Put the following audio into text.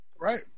Right